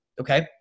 okay